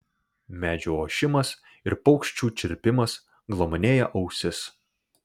medžių ošimas ir paukščių čirpimas glamonėja ausis